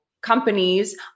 companies